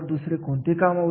मूल्यांकन काय असेल